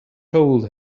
told